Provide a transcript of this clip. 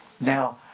Now